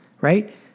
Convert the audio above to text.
right